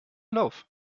lauf